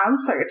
answer